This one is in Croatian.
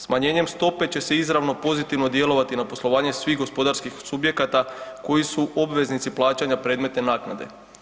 Smanjenjem stope će se izravno pozitivno djelovati na poslovanje svih gospodarskih subjekata koji su obveznici plaćanja predmetne naknade.